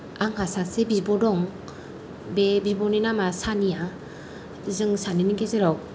आंहा सासे बिब' दं बे बिब'नि नामा सानिया जों सानैनि गेजेराव